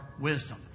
wisdom